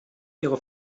ihre